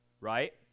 right